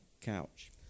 couch